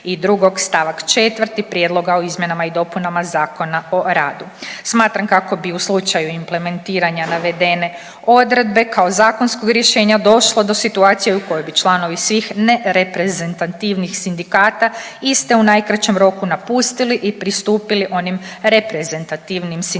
192. stavak 4. prijedloga o izmjenama i dopunama Zakona o radu. Smatram kako bi u slučaju implementiranja navedene odredbe kao zakonskog rješenja došlo do situacije u kojoj bi članovi svih nereprezentativnih sindikata iste u najkraćem roku napustili i pristupili onim reprezentativnim sindikatima,